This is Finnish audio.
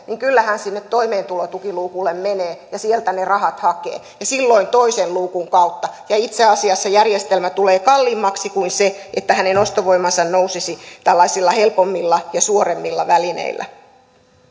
niin kyllä hän sinne toimeentulotukiluukulle menee ja sieltä ne rahat hakee silloin toisen luukun kautta ja itse asiassa järjestelmä tulee kalliimmaksi kuin se että hänen ostovoimansa nousisi tällaisilla helpommilla ja suoremmilla välineillä